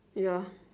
ya